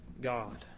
God